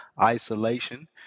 isolation